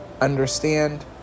understand